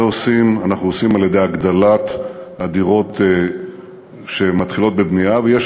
את זה אנחנו עושים על-ידי הגדלת מספר הדירות שמתחילה בנייתן,